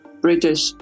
British